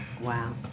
Wow